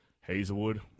Hazelwood